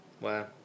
Wow